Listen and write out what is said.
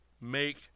make